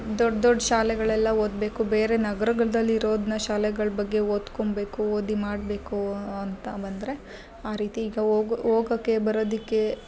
ದೊಡ್ಡ ದೊಡ್ಡ ಶಾಲೆಗಳೆಲ್ಲ ಓದಬೇಕು ಬೇರೆ ನಗ್ರಗಳ್ದಳ್ ಇರೋದನ್ನ ಶಾಲೆಗಳ ಬಗ್ಗೆ ಓದ್ಕೊಳ್ಬೇಕು ಓದಿ ಮಾಡಬೇಕು ಅಂತ ಬಂದರೆ ಆ ರೀತಿ ಈಗ ಓಗು ಹೋಗಕ್ಕೆ ಬರೋದಕ್ಕೆ